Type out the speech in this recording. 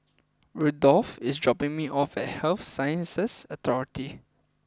Rudolfo is dropping me off at Health Sciences Authority